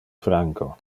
franco